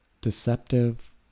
deceptive